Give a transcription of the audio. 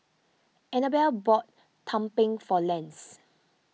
Anabelle bought Tumpeng for Lance